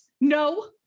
No